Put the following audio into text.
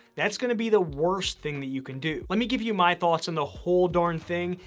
that's gonna be the worst thing that you can do. let me give you my thoughts on the whole darn thing,